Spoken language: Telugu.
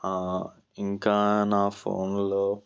ఇంకా నా ఫోన్లో